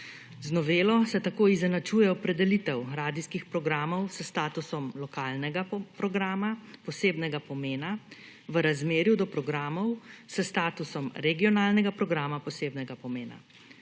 Z novelo se tako izenačuje opredelitev radijskih programov s statusom lokalnega programa posebnega pomena v razmerju do programov s statusom regionalnega programa posebnega pomena.